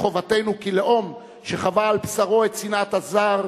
חובתנו כלאום שחווה על בשרו את שנאת הזר,